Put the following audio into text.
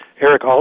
Eric